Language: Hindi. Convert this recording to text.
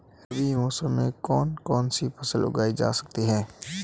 रबी मौसम में कौन कौनसी फसल उगाई जा सकती है?